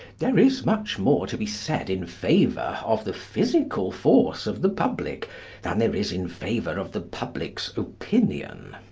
there is much more to be said in favour of the physical force of the public than there is in favour of the public's opinion.